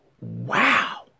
Wow